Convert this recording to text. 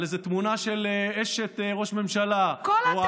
איזו תמונה של אשת ראש ממשלה או חבר כנסת אחר,